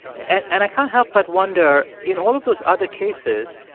and and i can't help but wonder, in all of those other cases,